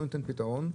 פתרון,